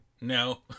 no